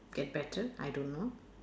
get better I don't know